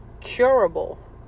curable